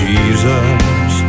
Jesus